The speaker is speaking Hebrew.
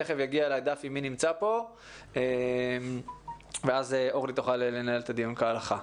תיכף יגיע אליי דף מי נמצא פה ואז אורלי תוכל לנהל את הדיון כהלכה.